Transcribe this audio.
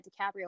DiCaprio